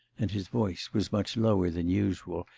and his voice was much lower than usual,